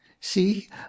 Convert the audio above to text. see